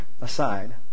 aside